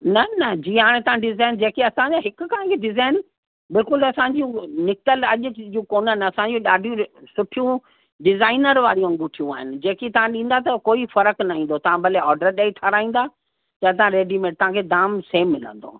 न न जीअं हाणे तव्हां डिजाइन जेकी असांजे हिक खां हिक आहिनि डिजाइन बिल्कुलु असांजी हो निकतल अॼ जी कोन्हनि असांजी ॾाढियूं सुठियूं डिजाइनर वारी अंगूठियूं आहिनि जेकी तव्हां ॾींदा त कोई फ़रकु न ईंदो तव्हां भले ऑडर ॾई ठाराईंदा या तां रेडीमेड तव्हांखे दाम सेम मिलंदो